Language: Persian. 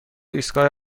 ایستگاه